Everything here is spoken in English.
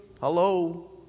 Hello